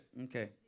Okay